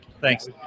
Thanks